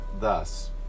thus